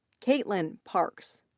caitlin parks,